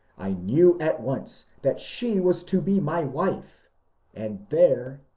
i knew at once that she was to be my wife and there,